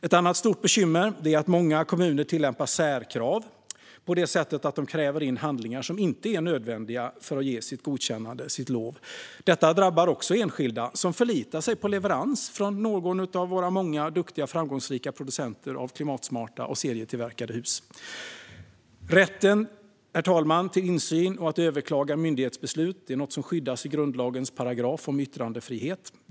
Ett annat stort bekymmer är att många kommuner tillämpar särkrav på det sättet att de kräver in handlingar som inte är nödvändiga för att de ska ge sitt godkännande, sitt bygglov. Detta drabbar också enskilda som förlitar sig på leverans från någon av våra många duktiga och framgångsrika producenter av klimatsmarta och serietillverkade hus. Herr talman! Rätten till insyn och att överklaga myndighetsbeslut är något som skyddas i grundlagens paragraf om yttrandefrihet.